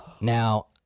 now